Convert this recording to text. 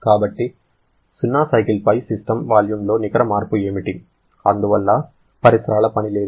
కాబట్టి 0 సైకిల్పై సిస్టమ్ వాల్యూమ్లో నికర మార్పు ఏమిటి అందువల్ల పరిసరాల పని లేదు